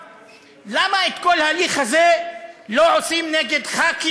למה את כל ההליך הזה לא עושים נגד חברי